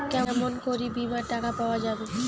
কেমন করি বীমার টাকা পাওয়া যাবে?